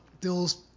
Dill's